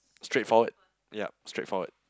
straightforward yea straightforward